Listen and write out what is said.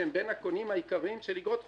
שהן בין הקונים העיקריים של אגרות חוב,